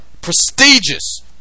prestigious